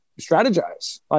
strategize